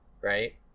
right